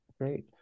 Great